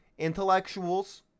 intellectuals